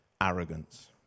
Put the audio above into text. arrogance